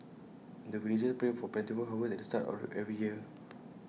the villagers pray for plentiful harvest at the start of every year